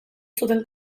zuten